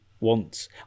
wants